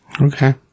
Okay